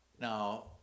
Now